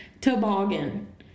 toboggan